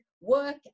work